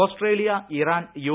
Australia Iran U